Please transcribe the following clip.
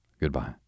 Goodbye